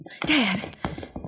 Dad